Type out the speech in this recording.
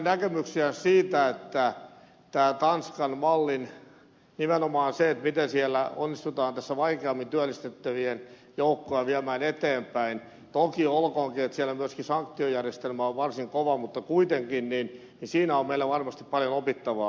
yhdyn hänen näkemyksiinsä tanskan mallista nimenomaan siitä miten siellä onnistutaan vaikeammin työllistettävien joukkoa viemään eteenpäin toki olkoonkin että siellä myöskin sanktiojärjestelmä on varsin kova mutta kuitenkin siinä on meillä varmasti paljon opittavaa